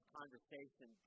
conversation